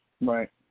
Right